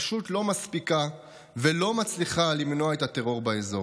פשוט לא מספיקה ולא מצליחה למנוע את הטרור באזור.